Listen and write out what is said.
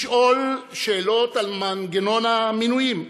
לשאול שאלות על מנגנון המינויים,